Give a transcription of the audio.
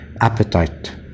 appetite